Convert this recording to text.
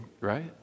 right